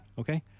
okay